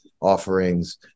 offerings